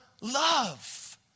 love